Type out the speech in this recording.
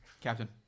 Captain